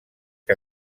que